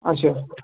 اَچھا